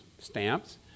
stamps